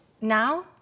Now